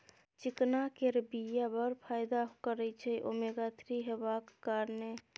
चिकना केर बीया बड़ फाइदा करय छै ओमेगा थ्री हेबाक कारणेँ